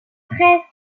presse